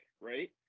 right